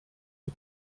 you